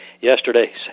Yesterday